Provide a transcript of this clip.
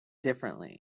differently